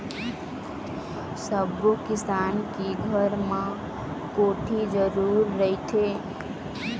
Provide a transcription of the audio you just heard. सब्बो किसान के घर म कोठी जरूर रहिथे